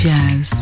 Jazz